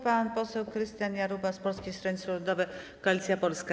Pan poseł Krystian Jarubas, Polskie Stronnictwo Ludowe - Koalicja Polska.